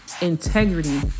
integrity